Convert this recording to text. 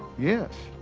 yes,